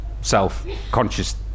self-conscious